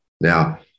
Now